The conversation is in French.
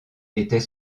était